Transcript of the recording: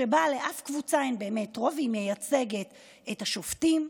שבה לאף קבוצה אין באמת רוב והיא מייצגת את השופטים,